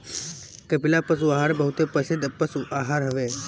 कपिला पशु आहार बहुते प्रसिद्ध पशु आहार हवे